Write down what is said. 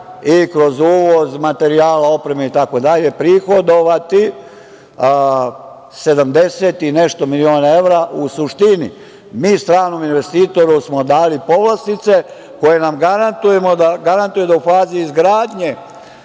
i kroz uvoz materijala, opreme prihodovati 70 i nešto miliona evra.U suštini, mi smo stranom investitoru dali povlastice koje nam garantuju da u fazi izgradnje